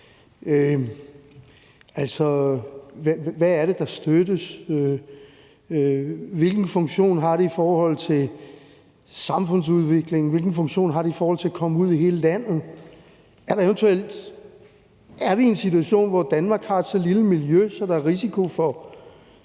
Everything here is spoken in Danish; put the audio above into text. Hvad er det, der støttes? Hvilken funktion har det i forhold til samfundsudviklingen? Hvilken funktion har det i forhold til at komme ud i hele landet? Er vi i en situation, hvor Danmark har et så lille miljø, at der er risiko for